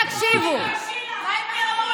תן לה לדבר.